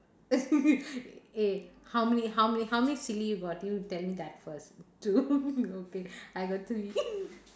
eh how many how many how many silly you've got you tell me that first two okay I've got three